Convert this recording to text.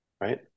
right